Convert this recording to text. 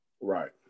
Right